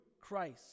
Christ